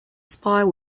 spire